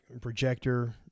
projector